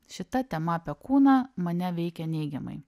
šita tema apie kūną mane veikia neigiamai